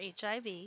HIV